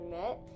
met